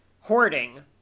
hoarding